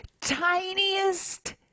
tiniest